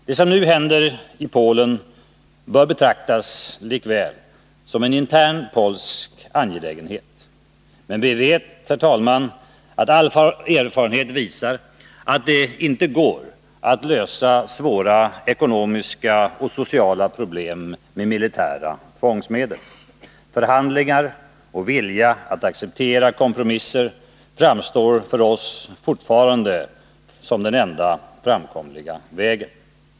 Det som nu händer i Polen bör likväl betraktas som en intern polsk angelägenhet. Men vi vet, herr talman, att all erfarenhet visar att det inte går att lösa svåra ekonomiska och sociala problem med militära tvångsmedel. Förhandlingar och vilja att acceptera kompromisser framstår för oss fortfarande som den enda framkomliga vägen.